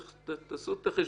לכן, תעשו את החשבון: